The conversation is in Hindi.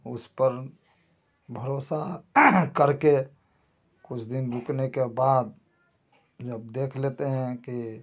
उसपर भरोसा करके कुछ दिन रुकने के बाद जब देख लेते हैं कि